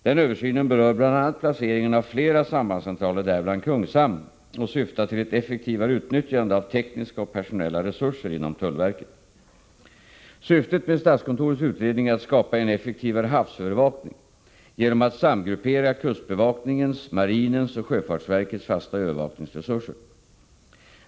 Denna översyn berör bl.a. placeringen av flera sambandscentraler, däribland Kungshamn, och syftar till ett effektivare utnyttjande av tekniska och personella resurser inom tullverket. Syftet med statskontorets utredning är att skapa en effektivare havsövervakning genom att samgruppera kustbevakningens, marinens och sjöfartsverkets fasta övervakningsresurser.